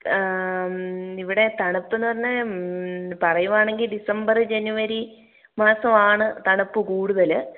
ഇവിടെ തണുപ്പെന്ന് പറഞ്ഞാൽ പറയുവാണെങ്കിൽ ഡിസംബർ ജനുവരി മാസം ആണ് തണുപ്പ് കൂടുതൽ